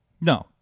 No